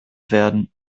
werden